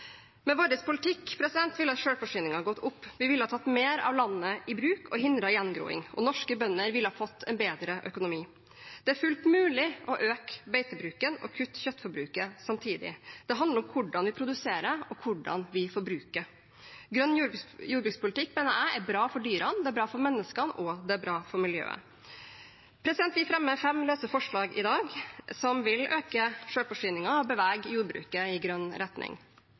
Med vår politikk ville selvforsyningen gått opp. Vi ville tatt mer av landet i bruk og hindret gjengroing. Norske bønder ville fått en bedre økonomi. Det er fullt mulig å øke beitebruken og kutte kjøttforbruket samtidig. Det handler om hvordan vi produserer, og hvordan vi forbruker. Grønn jordbrukspolitikk mener jeg er bra for dyrene. Det er bra for menneskene, og det er bra for miljøet. Vi fremmer fem forslag i dag som vil øke selvforsyningen og bevege jordbruket i grønn retning.